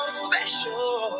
special